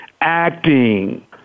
acting